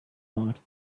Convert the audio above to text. thought